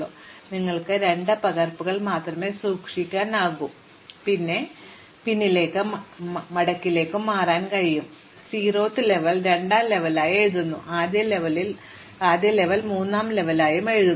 അതിനാൽ ചില അർത്ഥത്തിൽ നിങ്ങൾക്ക് 2 പകർപ്പുകൾ മാത്രമേ സൂക്ഷിക്കാനാകൂ പിന്നിലേക്കും മടക്കിലേക്കും മാറാൻ കഴിയും നിങ്ങൾ സീറോത്ത് ലെവൽ രണ്ടാം ലെവലായി എഴുതുന്നു നിങ്ങൾ ആദ്യ ലെവൽ മൂന്നാം ലെവലായി എഴുതുന്നു